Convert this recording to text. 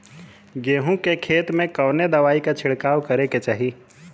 गेहूँ के खेत मे कवने दवाई क छिड़काव करे के चाही?